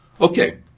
Okay